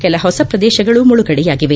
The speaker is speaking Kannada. ಕೆಲ ಹೊಸ ಪ್ರದೇಶಗಳೂ ಮುಳುಗಡೆಯಾಗಿವೆ